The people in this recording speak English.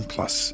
Plus